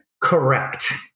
Correct